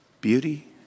beauty